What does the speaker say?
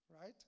right